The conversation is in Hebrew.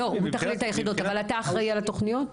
הוא מתכלל אבל אתה אחראי על התוכניות?